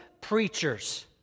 preachers